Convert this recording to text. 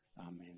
amen